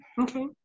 Okay